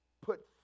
put